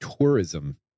tourism